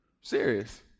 Serious